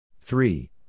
three